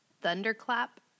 Thunderclap